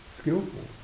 skillful